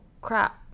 crap